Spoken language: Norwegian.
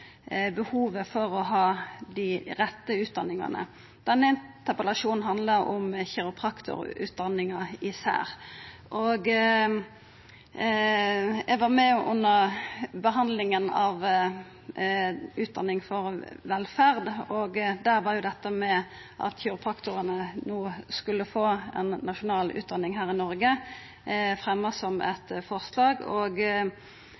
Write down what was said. behovet for å ha dei rette utdanningane. Denne interpellasjonen handlar om kiropraktorutdanninga især. Eg var med under behandlinga av Utdanning for velferd. Der vart det at kiropraktorane no skulle få ei nasjonal utdanning her i Noreg, fremja som